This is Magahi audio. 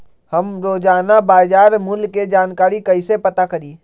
हम रोजाना बाजार मूल्य के जानकारी कईसे पता करी?